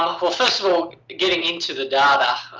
um getting into the data.